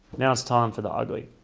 now it's time for the ugly.